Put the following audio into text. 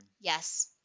Yes